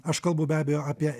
aš kalbu be abejo apie